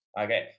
Okay